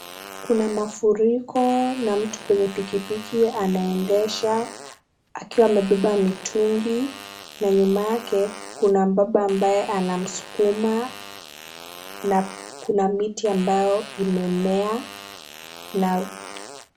Kuna mafuriko na mtu kwenye pikipiki anaendesha akiwa amebeba mitungi na nyuma yake kuna mbaba ambaye anamsukuma na kuna miti ambayo imemea.